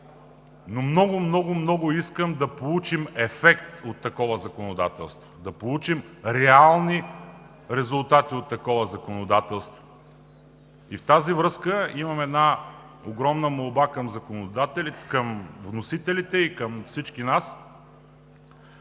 съм, но много, много искам да получим ефект от такова законодателство, да получим реални резултати от такова законодателство. Във връзка с това имам една огромна молба към вносителите и към всички нас